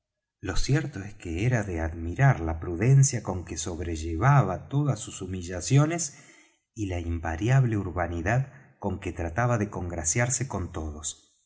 lo cierto es que era de admirar la prudencia con que sobrellevaba todas sus humillaciones y la invariable urbanidad con que trataba de congraciarse con todos